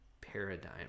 paradigm